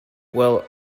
well